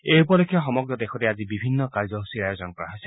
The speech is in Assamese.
এই উপলক্ষে সমগ্ৰ দেশতে আজি বিভিন্ন কাৰ্যসূচীৰ আয়োজন কৰা হৈছে